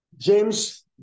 James